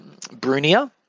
Brunia